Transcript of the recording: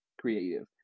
creative